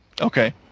Okay